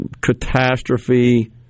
catastrophe